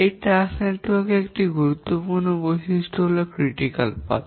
এই টাস্ক নেটওয়ার্কের একটি গুরুত্বপূর্ণ বৈশিষ্ট্য হল সমালোচনামূলক পথ